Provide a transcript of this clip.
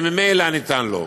שממילא ניתן לו.